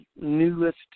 newest